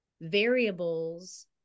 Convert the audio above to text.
variables